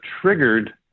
triggered